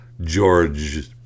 George